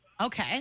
Okay